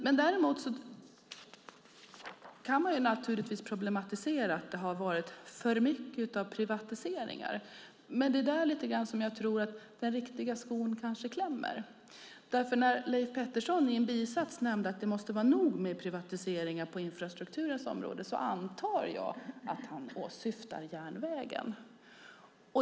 Man kan naturligtvis problematisera och tycka att det har varit för mycket av privatiseringar. Det är lite grann där som jag tror att den riktiga skon klämmer, därför att när Leif Pettersson i en bisats nämnde att det måste vara nog med privatiseringar på infrastrukturens område antar jag att han åsyftade järnvägen.